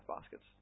baskets